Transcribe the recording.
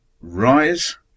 rise